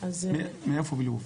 מאיפה בלוב?